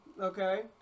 okay